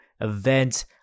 event